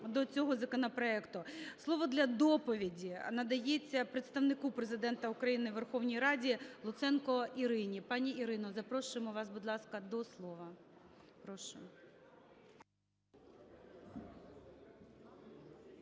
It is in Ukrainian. для цього законопроекту. Слово для доповіді надається Представнику Президента України у Верховній Раді Луценко Ірині. Пані Ірино, запрошуємо вас, будь ласка, до слова. Прошу.